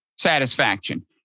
satisfaction